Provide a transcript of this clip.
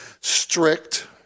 strict